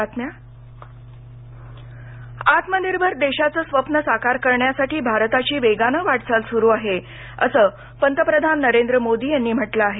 पंतप्रधान आत्मनिर्भर देशाचं स्वप्न साकार करण्यासाठी भारताची वेगानं वाटचाल सुरू आहे असं पंतप्रधान नरेंद्र मोदी यांनी म्हटलं आहे